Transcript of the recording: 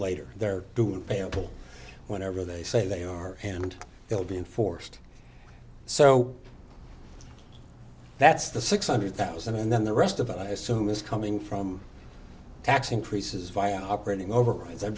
later they're doing whenever they say they are and will be enforced so that's the six hundred thousand and then the rest of it i assume is coming from tax increases via operating overruns i'm